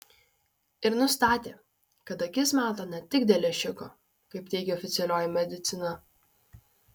ir nustatė kad akis mato ne tik dėl lęšiuko kaip teigia oficialioji medicina